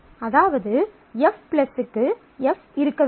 அதாவது F க்கு F இருக்க வேண்டும்